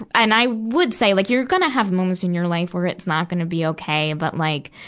and i would say, like, you're gonna have moments in your life where it's not gonna be okay, but like,